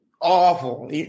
awful